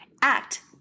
Act